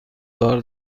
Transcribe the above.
دار